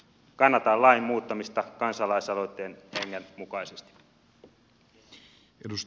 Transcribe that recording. kannatan lain muuttamista kansalaisaloitteen hengen mukaisesti